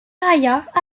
ailleurs